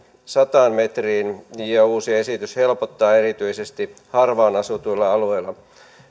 sataan metriin ja uusi esitys helpottaa erityisesti harvaan asutuilla alueilla